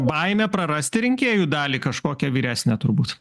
baimė prarasti rinkėjų dalį kažkokią vyresnę turbūt